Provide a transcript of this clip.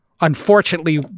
unfortunately